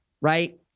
right